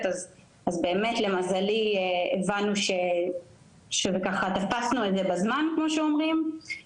אז למזלי הבנו שתפסנו את זה בזמן כמו שאומרים.